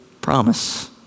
promise